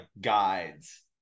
guides